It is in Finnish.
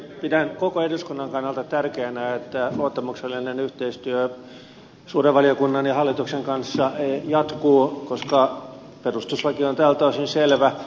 pidän koko eduskunnan kannalta tärkeänä että luottamuksellinen yhteistyö suuren valiokunnan ja hallituksen välillä jatkuu koska perustuslaki on tältä osin selvä